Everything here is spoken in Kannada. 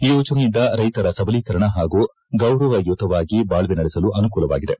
ಈ ಯೋಜನೆಯಿಂದ ರೈತರ ಸಬಲೀಕರಣ ಹಾಗೂ ಗೌರವಯುತವಾಗಿ ಬಾಳ್ವೆ ನಡೆಸಲು ಅನುಕೂಲವಾಗಿದೆ